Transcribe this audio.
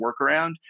workaround